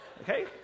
Okay